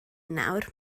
nawr